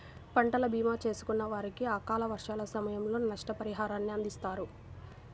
పంటల భీమా చేసుకున్న వారికి అకాల వర్షాల సమయంలో నష్టపరిహారాన్ని అందిస్తారు